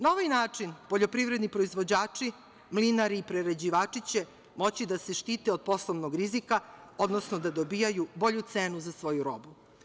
Na ovaj način poljoprivredni proizvođači, mlinari i prerađivači će moći da se štite od poslovnog rizika, odnosno da dobijaju bolju cenu za svoju robu.